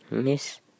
Miss